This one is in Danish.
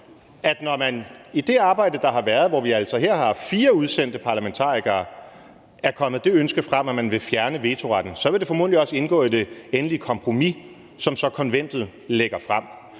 at når der i det arbejde, der har været, hvor vi altså her har haft fire udsendte parlamentarikere, er kommet det ønske frem, at man vil fjerne vetoretten, så vil det formodentlig også indgå i det endelige kompromis, som konventet lægger frem.